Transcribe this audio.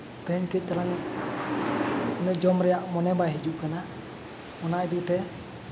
ᱛᱮᱦᱮᱧ ᱠᱟᱹᱡ ᱪᱮᱞᱟᱝ ᱡᱚᱢ ᱨᱮᱭᱟᱜ ᱢᱚᱱᱮ ᱵᱟᱭ ᱦᱤᱡᱩᱜ ᱠᱟᱱᱟ ᱤᱫᱤ ᱛᱮ